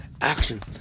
Action